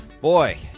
Boy